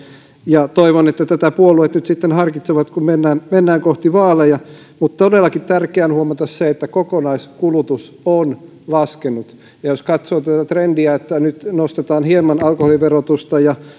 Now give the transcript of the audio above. ja toivon että tätä puolueet nyt sitten harkitsevat kun mennään mennään kohti vaaleja todellakin tärkeää on huomata se että kokonaiskulutus on laskenut ja jos katsoo tätä trendiä että nyt nostetaan hieman alkoholiverotusta ja